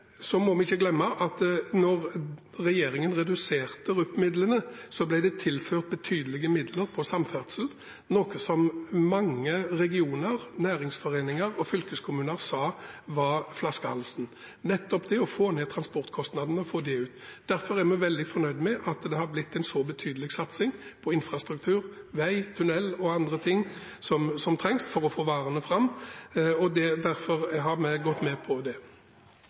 så må vi ikke glemme at da regjeringen reduserte RUP-midlene, ble det tilført betydelige midler til samferdsel, noe som mange regioner, næringsforeninger og fylkeskommuner sa var flaskehalsen – nettopp det å få ned transportkostnadene. Derfor er vi veldig fornøyd med at det har blitt en så betydelig satsing på infrastruktur, vei, tunnel og andre ting som trengs for å få varene fram. Derfor har vi gått med på det.